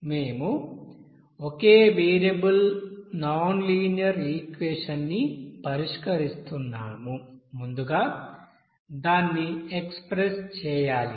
మేము ఒకే variable nonlinear equation ని పరిష్కరిస్తున్నాము ముందుగా దాన్ని ఎక్స్ప్రెస్ చేయాలి